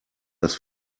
das